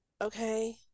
okay